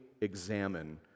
examine